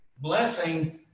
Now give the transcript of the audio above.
blessing